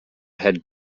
had